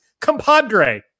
compadre